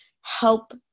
help